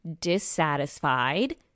dissatisfied